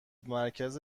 مرکز